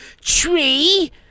Tree